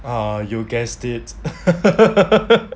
uh you guessed it